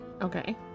Okay